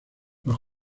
los